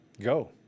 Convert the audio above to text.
Go